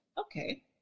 okay